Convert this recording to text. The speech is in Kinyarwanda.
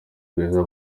rwiza